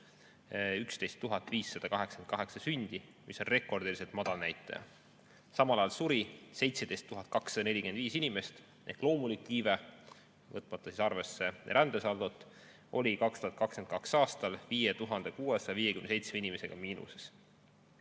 11 588 sündi, mis on rekordiliselt madal näitaja. Samal ajal suri 17 245 inimest ehk loomulik iive, võtmata arvesse rändesaldot, oli 2022. aastal 5657 inimesega miinuses.